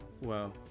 Wow